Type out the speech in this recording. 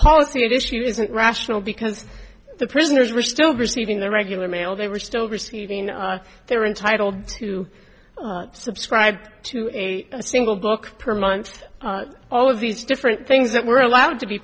policy issue isn't rational because the prisoners were still receiving their regular mail they were still receiving their intitled to subscribe to a single book per month all of these different things that were allowed to be